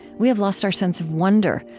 we have lost our sense of wonder,